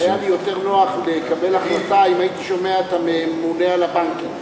היה לי יותר נוח לקבל החלטה אם הייתי שומע את הממונה על הבנקים,